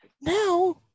now